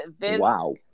Wow